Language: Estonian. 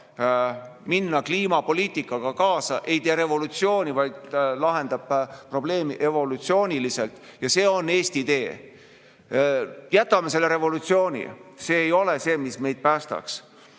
minna kliimapoliitikaga kaasa: ei tee revolutsiooni, vaid lahendab probleemi evolutsiooniliselt. Ja see on Eesti tee. Jätame selle revolutsiooni, see ei ole see, mis meid päästaks.